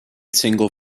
single